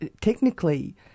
technically